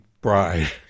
bride